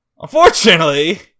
Unfortunately